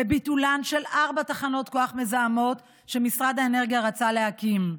לביטולן של ארבע תחנות כוח מזהמות שמשרד האנרגיה רצה להקים.